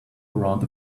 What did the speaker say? around